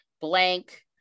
blank